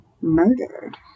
murdered